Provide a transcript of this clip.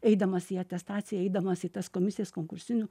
eidamas į atestaciją eidamas į tas komisijas konkursiniu